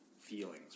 feelings